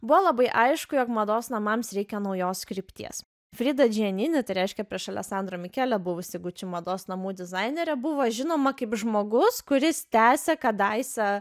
buvo labai aišku jog mados namams reikia naujos krypties frida džienini tai reiškia prieš alesandro mikele buvusi gucci mados namų dizainerė buvo žinoma kaip žmogus kuris tęsia kadaise